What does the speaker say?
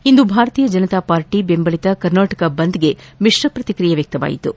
ಇಂದು Bharatiya Janata party ಬೆಂಬಲಿತ ಕರ್ನಾಟಕ ಬಂದ್ಗೆ ಮಿತ್ರ ಪ್ರತಿಕ್ರಿಯೆ ವ್ಯಕ್ತವಾಯಿತು